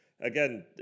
again